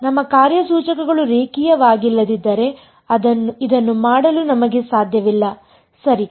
ನಮ್ಮ ಕಾರ್ಯಸೂಚಕಗಳು ರೇಖೀಯವಾಗಿಲ್ಲದಿದ್ದರೆ ಇದನ್ನು ಮಾಡಲು ನಮಗೆ ಸಾಧ್ಯವಿಲ್ಲ ಸರಿ